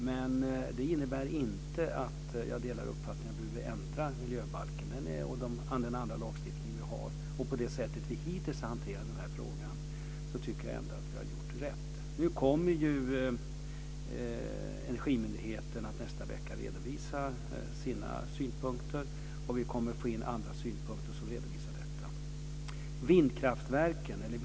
Men det innebär inte att jag delar uppfattningen att vi behöver ändra miljöbalken och annan lagstiftning som vi har. När det gäller det sätt på vilket vi hittills har hanterat den här frågan tycker jag ändå att vi har gjort rätt. Nu kommer ju Energimyndigheten nästa vecka att redovisa sina synpunkter, och vi kommer att få in andra synpunkter och redovisningar.